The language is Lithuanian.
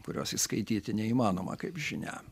kurios įskaityti neįmanoma kaip žinia